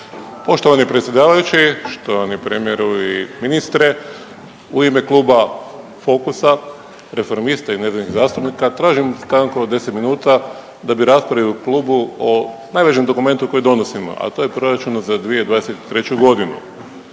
Poštovani predsjedavajući, štovani premijeru i ministre. U ime kluba Fokusa, Reformista i nezavisnih zastupnika tražim stanku od 10 minuta da bi raspravili u klubu o najvažnijem dokumentu kojeg donosimo, a to je proračun za 2023.g.